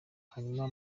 hanyuma